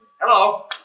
Hello